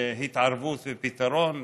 התערבות ופתרון.